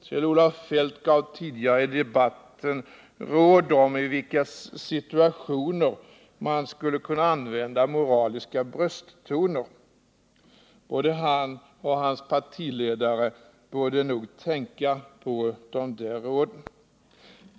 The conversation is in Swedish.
Kjell-Olof Feldt gav tidigare i debatten råd om i vilka situationer man skulle kunna använda moraliska brösttoner. Både han och hans partiledare borde nog tänka över de där råden.